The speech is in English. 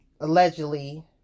allegedly